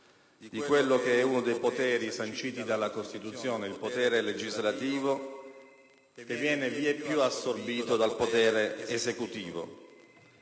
di quello che è uno dei poteri sanciti dalla Costituzione, quello legislativo, che viene vieppiù assorbito dal potere esecutivo.